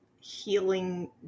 healing